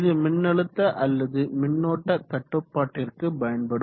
இது மின்னழுத்த அல்லது மின்னோட்ட கட்டுப்பாட்டிற்கு பயன்படும்